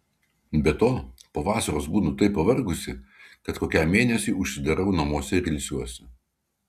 be to po vasaros būnu taip pavargusi kad kokiam mėnesiui užsidarau namuose ir ilsiuosi